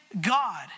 God